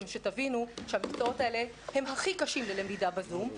שתבינו שהמקצועות האלה הכי קשים ללמידה בזום,